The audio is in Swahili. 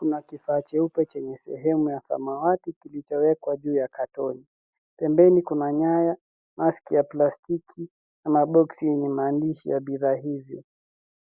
Kuna kifaa cheupe chenye sehemu ya samawati kilichowekwa juu ya katoni. Pembeni kuna nyaya, maski ya plastiki, na maboksi yenye maandishi ya bidhaa hivi.